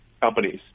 companies